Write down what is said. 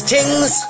Tings